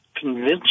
convince